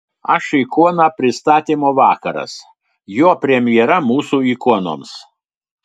aš ikona pristatymo vakaras jo premjera mūsų ikonoms